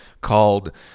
called